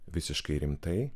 visiškai rimtai